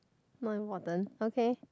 not important okay